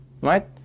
right